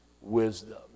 wisdom